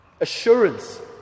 Assurance